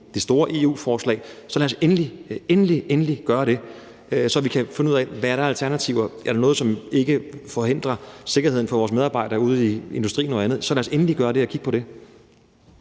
det store EU-forslag, så lad os endelig, endelig gøre det, så vi kan finde ud af, hvad der er af alternativer. Er der noget, som forhindrer sikkerheden for vores medarbejdere ude i industrien og andet, så lad os endelig kigge på det.